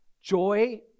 joy